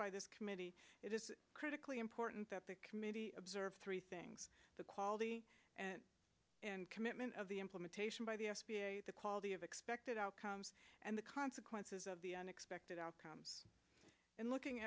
by this committee it is critically important that the committee observed three things the quality and commitment of the implementation by the s b a the quality of expected outcomes and the consequences of the unexpected outcomes and looking